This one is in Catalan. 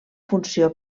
funció